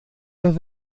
los